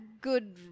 good